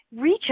reach